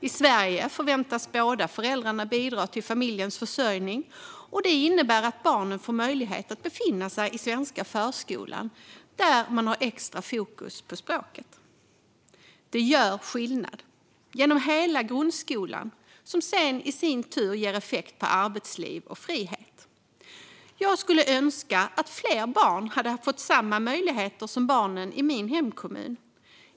I Sverige förväntas båda föräldrarna bidra till familjens försörjning. Det innebär att barnen får möjlighet att befinna sig i den svenska förskolan, där man har extra fokus på språket. Det gör skillnad genom hela grundskolan och ger i sin tur effekt på arbetsliv och frihet. Jag önskar att fler barn skulle få samma möjligheter som barnen i min hemkommun.